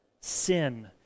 sin